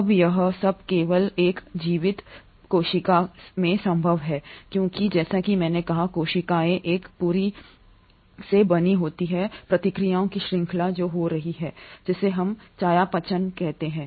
अब यह सब केवल एक जीवित कोशिका में संभव है क्योंकि जैसा कि मैंने कहा कोशिकाएं एक पूरी से बनी होती हैं प्रतिक्रियाओं की श्रृंखला जो हो रही है जिसे हम चयापचय कहते हैं